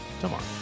tomorrow